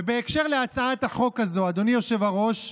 ובהקשר להצעת החוק הזו, אדוני היושב-ראש,